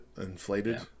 inflated